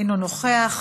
אינו נוכח.